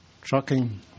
trucking